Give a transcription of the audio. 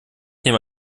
nehme